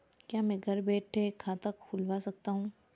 क्या मैं घर बैठे खाता खुलवा सकता हूँ?